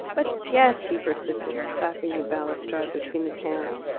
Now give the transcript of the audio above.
but guess! he persisted, clapping the balustrade between his hands.